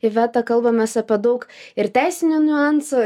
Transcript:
iveta kalbamės apie daug ir teisinių niuansų